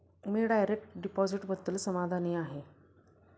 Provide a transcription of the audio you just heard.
मी direct डिपॉझिटबद्दल समाधानी आहे